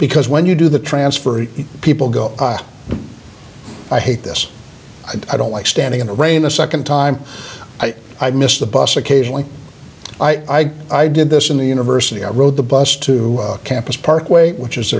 because when you do the transfer people go i hate this i don't like standing in the rain the second time i missed the bus occasionally i i did this in the university i rode the bus to campus parkway which is